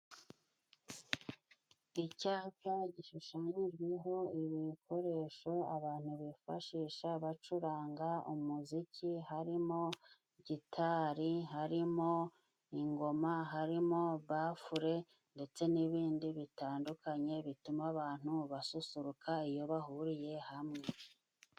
Icyapa gishushanyijweho ibi bikoresho abantu bifashisha abacuranga umuziki, harimo gitari, harimo ingoma, harimo bafure, ndetse n'ibindi bitandukanye, bituma abantu basusuruka iyo bahuriye hamwe.